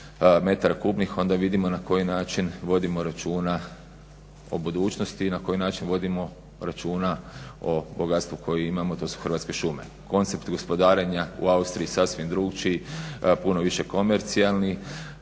metara kubnih. Onda vidimo na koji način vodimo računa o budućnosti i na koji način vodimo računa o bogatstvu koje imamo a to su Hrvatske šume. Koncept gospodarenja u Austriji sasvim drukčiji puno više komercijalni